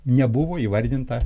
nebuvo įvardinta